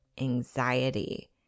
anxiety